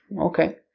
Okay